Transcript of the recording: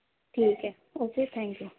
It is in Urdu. ٹھیک ہے اوکے تھینک یو